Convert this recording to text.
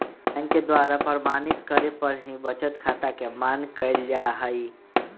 bank के द्वारा प्रमाणित करे पर ही बचत खाता के मान्य कईल जाहई